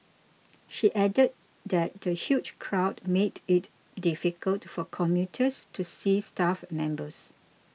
she added that the huge crowd made it difficult for commuters to see staff members